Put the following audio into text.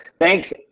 thanks